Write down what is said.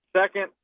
Second